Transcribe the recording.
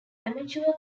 amateur